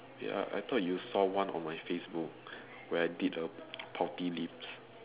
ya I thought you saw one on my Facebook where I did a poppy leaves